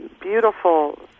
beautiful